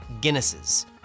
Guinnesses